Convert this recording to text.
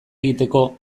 egiteko